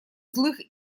злых